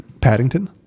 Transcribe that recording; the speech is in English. Paddington